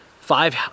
Five